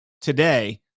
today